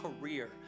career